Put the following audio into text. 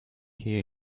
hear